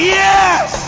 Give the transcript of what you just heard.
yes